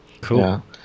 Cool